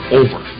over